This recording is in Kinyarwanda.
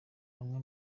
bamwe